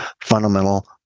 fundamental